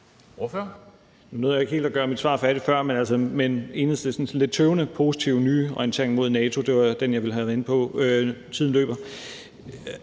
Nu nåede jeg ikke helt at gøre mit svar færdigt før, men det var Enhedslistens sådan lidt tøvende, positive nye orientering mod NATO, jeg ville have været inde på – tiden løber.